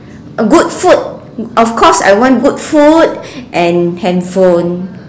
a good food of course I want good food and handphone